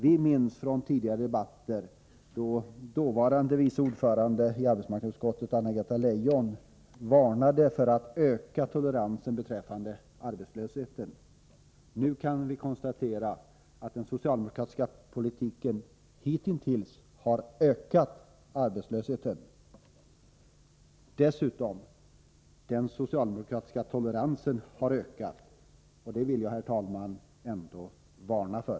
Vi minns tidigare debatter när dåvarande vice ordföranden i arbetsmarknadsutskottet, Anna-Greta Leijon, varnade för att öka toleransen beträffande arbetslösheten. Nu kan vi konstatera att den socialdemokratiska politiken hitintills har ökat arbetslösheten. Dessutom har den socialdemokratiska toleransen ökat, och det vill jag, herr talman, varna för.